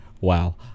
Wow